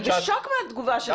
אני בשוק מהתגובה שלך.